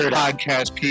podcast